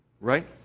Right